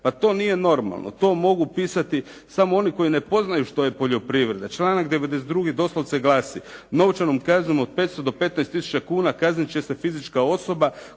Pa to nije normalno. To mogu pisati samo oni koji ne poznaju što je poljoprivreda. Članak 92. doslovce glasi: «Novčanom kaznom od 500 do 15 tisuća kuna kaznit će se fizička osoba